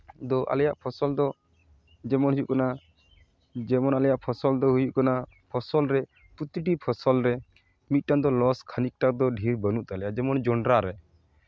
ᱫᱚ ᱟᱞᱮᱭᱟᱜ ᱯᱷᱚᱥᱚᱞ ᱫᱚ ᱡᱮᱢᱚᱱ ᱦᱩᱭᱩᱜ ᱠᱟᱱᱟ ᱡᱮᱢᱚᱱ ᱟᱞᱮᱭᱟᱜ ᱯᱷᱚᱥᱚᱞ ᱫᱚ ᱦᱩᱭᱩᱜ ᱠᱟᱱᱟ ᱯᱷᱚᱥᱚᱞ ᱨᱮ ᱯᱨᱚᱛᱤᱴᱤ ᱯᱷᱚᱥᱚᱞ ᱨᱮ ᱢᱤᱫᱴᱟᱱ ᱫᱚ ᱞᱚᱥ ᱠᱷᱟᱹᱱᱤᱠᱴᱟ ᱫᱚ ᱰᱷᱮᱨ ᱵᱟᱹᱱᱩᱜ ᱛᱟᱞᱮᱭᱟ ᱡᱮᱢᱚᱱ ᱡᱚᱱᱰᱨᱟ ᱨᱮ